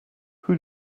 who